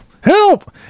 help